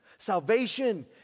salvation